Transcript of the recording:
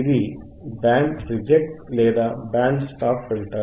ఇది band reject లేదా band stop filter